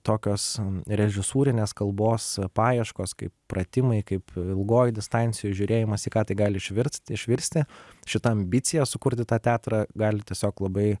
tokios režisūrinės kalbos paieškos kaip pratimai kaip ilgoj distancijoj žiūrėjimas į ką tai gali išvirst išvirsti šita ambicija sukurti tą teatrą gali tiesiog labai